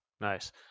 Nice